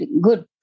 good